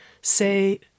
say